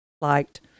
liked